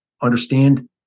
understand